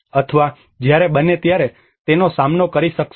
અથવા જ્યારે બને ત્યારે તેનો સામનો કરી શકશો